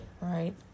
right